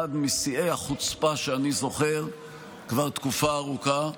משיאי החוצפה שאני זוכר כבר תקופה ארוכה,